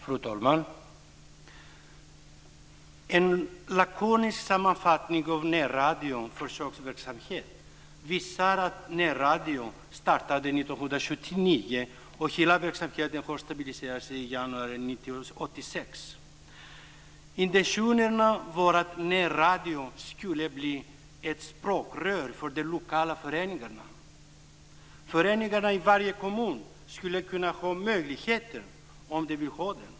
Fru talman! En lakonisk sammanfattning av närradions försöksverksamhet visar att närradion startade 1979 och att hela verksamheten stabiliserades i januari 1986. Intentionen var att närradion skulle bli ett språkrör för de lokala föreningarna. Föreningarna i varje kommun skulle kunna ha denna möjlighet, om de ville ha den.